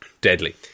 Deadly